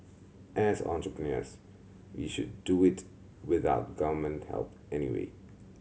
as entrepreneurs we should do it without Government help anyway